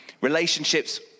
Relationships